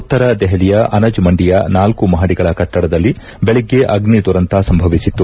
ಉತ್ತರ ದೆಹಲಿಯ ಅನಜ್ಮಂಡಿಯ ನಾಲ್ಲು ಮಹಡಿಯ ಕಟ್ಟಡದಲ್ಲಿ ಬೆಳಗ್ಗೆ ಅಗ್ನಿ ದುರಂತ ಸಂಭವಿಸಿತ್ತು